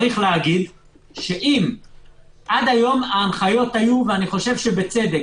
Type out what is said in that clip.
אם עד היום ההנחיות היו ואני חושב שבצדק